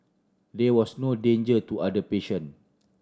there was no danger to other patient